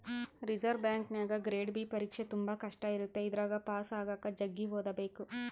reserve ಬ್ಯಾಂಕಿನಗ grade B ಪರೀಕ್ಷೆ ತುಂಬಾ ಕಷ್ಟ ಇರುತ್ತೆ ಇದರಗ ಪಾಸು ಆಗಕ ಜಗ್ಗಿ ಓದಬೇಕು